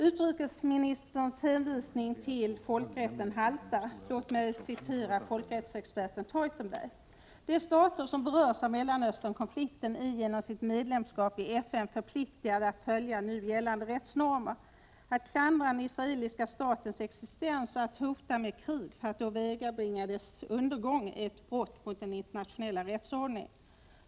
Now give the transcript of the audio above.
Utrikesministerns hänvisning till folkrätten haltar. Låt mig citera folkrättsexperten Theutenberg: ”De stater som berörs av Mellanösternkonflikten är genom sitt medlemskap i FN förpliktade att följa nu gällande rättsnormer. Att klandra den israeliska statens existens och att hota med krig för att åvägabringa dess undergång är ett brott mot den internationella rättsordningen.